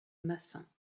massin